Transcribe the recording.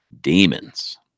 demons